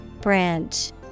Branch